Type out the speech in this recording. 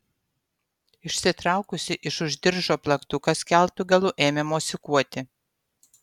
išsitraukusi iš už diržo plaktuką skeltu galu ėmė mosikuoti